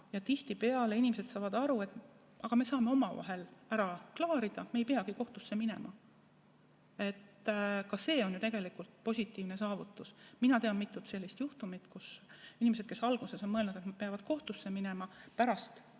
ja tihtipeale inimesed saavad aru, et me saame ka omavahel probleemi ära klaarida, me ei peagi kohtusse minema. Ka see on ju tegelikult positiivne saavutus. Mina tean mitut sellist juhtumit, kus inimesed, kes alguses on mõelnud, et nad peavad kohtusse minema, pärast